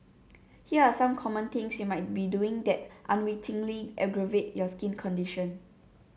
here are some common things you might be doing that unwittingly aggravate your skin condition